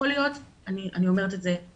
יכול להיות שלא, אני אומרת את זה בכנות.